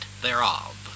thereof